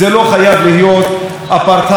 זה לא חייב להיות אפרטהייד.